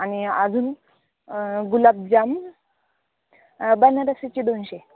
आणि अजून गुलाबजाम बनारसीचे दोनशे